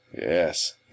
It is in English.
Yes